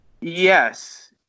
Yes